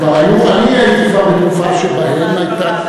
כבר היו כשאני הייתי בתקופה שבה הייתה,